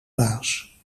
baas